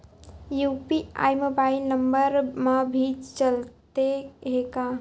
UPI mobile number मा भी चलते हे का?